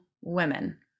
women